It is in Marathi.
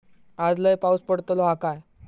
आज लय पाऊस पडतलो हा काय?